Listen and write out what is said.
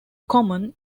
common